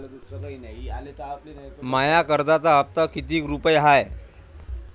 माया कर्जाचा हप्ता कितीक रुपये हाय?